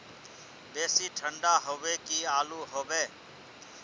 बेसी ठंडा होबे की आलू होबे